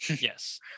yes